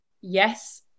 Yes